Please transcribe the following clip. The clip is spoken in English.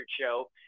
Show